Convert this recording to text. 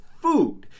food